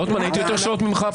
רוטמן, הייתי כאן יותר שעות ממך.